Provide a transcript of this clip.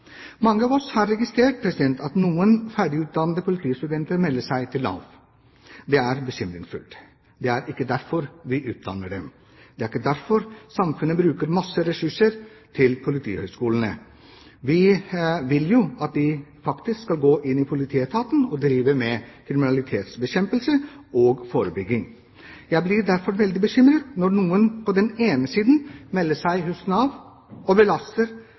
Mange av oss har registrert at noen ferdigutdannede politistudenter melder seg til Nav. Det er bekymringsfullt. Det er ikke derfor vi utdanner dem. Det er ikke derfor samfunnet bruker masse ressurser på Politihøgskolen. Vi vil jo at de faktisk skal gå inn i politietaten og drive med kriminalitetsbekjempelse og -forebygging. Jeg blir derfor veldig bekymret når noen på den ene siden melder seg hos Nav – og belaster